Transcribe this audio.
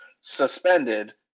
suspended